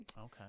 okay